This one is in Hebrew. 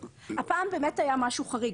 הפעם באמת היה משהו חריג,